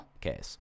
case